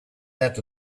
let